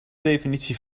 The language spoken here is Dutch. definitie